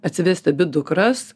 atsivesti abi dukras